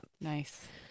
Nice